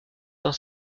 dans